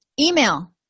Email